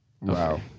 Wow